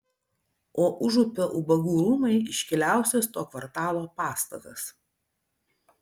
o užupio ubagų rūmai iškiliausias to kvartalo pastatas